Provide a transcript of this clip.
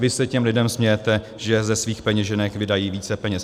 Vy se těm lidem smějete, že ze svých peněženek vydají více peněz.